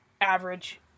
average